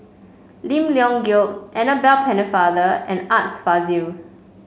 Lim Leong Geok Annabel Pennefather and Art Fazil